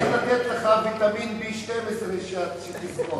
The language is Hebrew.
צריך לתת לך ויטמיןB12 , שתזכור.